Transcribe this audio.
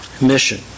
mission